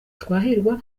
twahirwa